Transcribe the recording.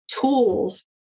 tools